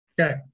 Okay